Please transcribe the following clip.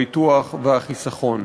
הביטוח והחיסכון.